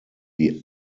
die